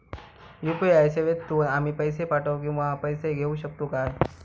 UPI सेवेतून आम्ही पैसे पाठव किंवा पैसे घेऊ शकतू काय?